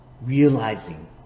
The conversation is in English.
realizing